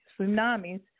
tsunamis